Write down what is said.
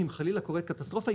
שאם חלילה קורית קטסטרופה,